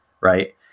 right